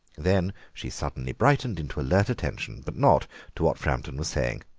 then she suddenly brightened into alert attention but not to what framton was saying.